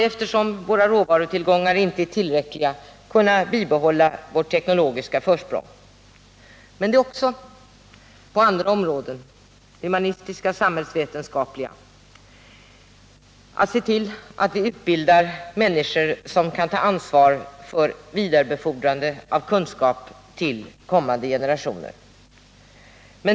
Eftersom våra råvarutillgångar inte är tillräckliga, måste vi kunna bibehålla vårt teknologiska försprång. Men också på andra områden — humanistiska och samhällsvetenskapliga — måste vi utbilda människor som kan ta ansvar för vidarebefordran av kunskap till kommande generationer.